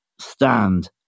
stand